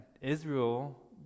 Israel